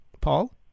Paul